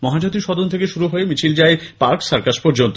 মহাজাতি সদন থেকে শুরু হয়ে মিছিল যায় পার্কসার্কাস পর্যন্ত